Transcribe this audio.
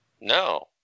No